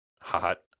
hot